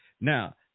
Now